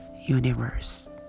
universe